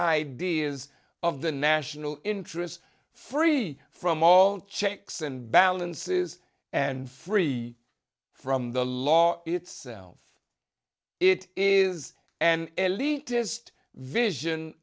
ideas of the national interest free from all checks and balances and free from the law itself it is and elitist vision